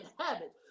habit